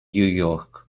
york